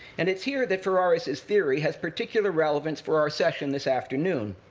and it's here that ferraris's theory has particular relevance for our session this afternoon.